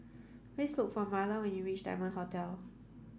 please look for Marla when you reach Diamond Hotel